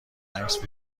عکس